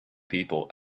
people